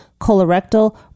colorectal